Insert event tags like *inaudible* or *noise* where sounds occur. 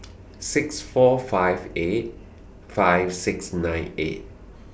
*noise* six four five eight five six nine eight